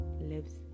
lives